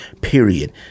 period